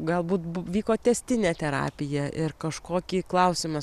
galbūt vyko tęstinė terapija ir kažkokį klausimas